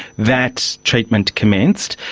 that treatment commenced.